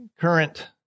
current